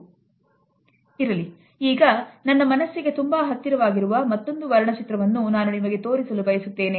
ಇರಲಿ ಈಗ ನನ್ನ ಮನಸ್ಸಿಗೆ ತುಂಬಾ ಹತ್ತಿರವಾಗಿರುವ ಮತ್ತೊಂದು ವರ್ಣಚಿತ್ರವನ್ನು ನಾನು ನಿಮಗೆ ತೋರಿಸಲು ಬಯಸುತ್ತೇನೆ